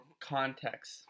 context